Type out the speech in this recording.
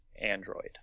android